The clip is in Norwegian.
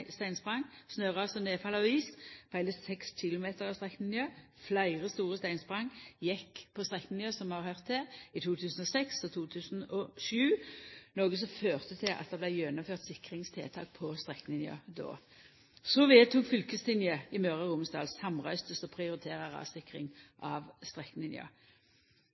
steinsprang, snøras og nedfall av is, på heile 6 kilometer av strekninga. Fleire store steinsprang gjekk på strekninga, som vi har høyrt om her, i 2006 og 2007, noko som førte til at det vart gjennomført sikringstiltak på strekninga. Fylkestinget i Møre og Romsdal vedtok samrøystes å prioritera rassikring av